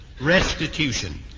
restitution